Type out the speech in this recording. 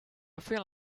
feel